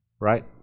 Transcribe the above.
Right